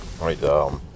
right